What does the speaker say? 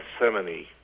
gethsemane